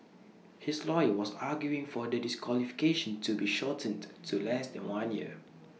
his lawyer was arguing for the disqualification to be shortened to less than one year